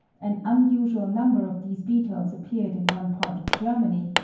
an unusual number of these beetles appeared in one part of germany,